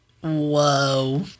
Whoa